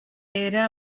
era